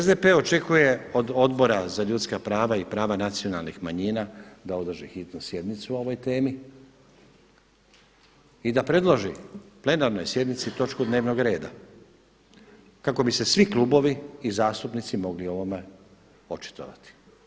SDP očekuje od Odbora za ljudska prava i prava nacionalnih manjina da održi hitnu sjednicu o ovoj temi i da predloži plenarnoj sjednici točku dnevnog reda kako bi se svi klubovi i zastupnici mogli o ovome očitovati.